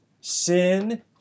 sin